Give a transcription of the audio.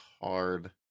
hard